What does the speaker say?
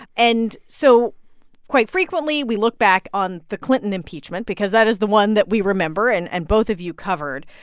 and so quite frequently, we look back on the clinton impeachment because that is the one that we remember and and both of you covered.